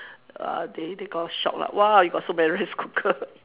uh they they got a got shock lah !wah! you got so many rice cooker